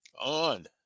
on